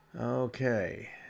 Okay